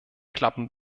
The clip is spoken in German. klappen